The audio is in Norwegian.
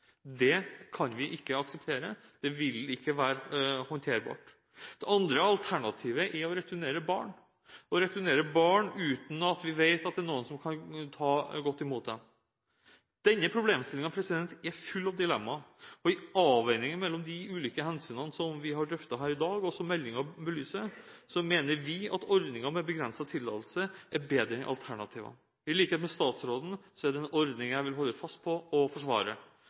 Det kan vi ikke akseptere – det vil ikke være håndterbart. Det andre alternativet er å returnere barn – å returnere barn uten at vi vet at det er noen som kan ta godt imot dem. Denne problemstillingen er full av dilemmaer, og i avveiningen mellom de ulike hensynene som vi har drøftet i dag, og som meldingen belyser, mener vi at ordningen med begrenset tillatelse er bedre enn alternativene. Det er en ordning jeg, i likhet med statsråden, vil holde fast ved og forsvare.